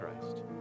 Christ